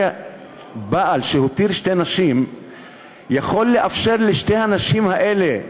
בעל שהותיר שתי נשים יכול לאפשר לשתי הנשים האלה,